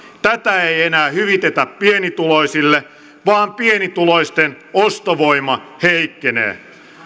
tätä ei enää hyvitetä pienituloisille vaan pienituloisten ostovoima heikkenee